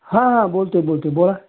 हां हां बोलतो आहे बोलतो आहे बोला